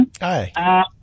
Hi